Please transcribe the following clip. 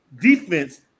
defense